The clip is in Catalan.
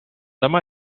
demà